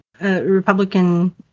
Republican